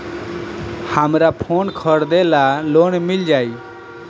हमरा फोन खरीदे ला लोन मिल जायी?